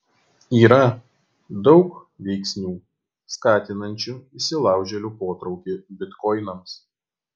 yra daug veiksnių skatinančių įsilaužėlių potraukį bitkoinams